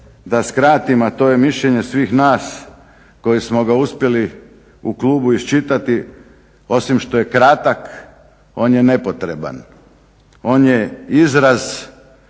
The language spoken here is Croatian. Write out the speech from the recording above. da skratim, a to je mišljenje svih nas koji smo ga uspjeli u klubu iščitati osim što je kratak on je nepotreban, on je izraz